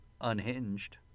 Unhinged